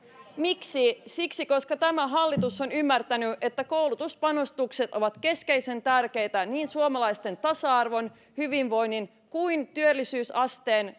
miksi siksi koska tämä hallitus on ymmärtänyt että koulutuspanostukset ovat keskeisen tärkeitä niin suomalaisten tasa arvon hyvinvoinnin kuin työllisyysasteen